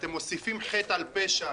אתם מוסיפים חטא על פשע